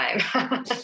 time